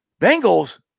Bengals